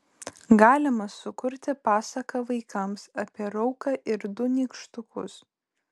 galima sukurti pasaką vaikams apie rauką ir du nykštukus